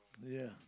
yeah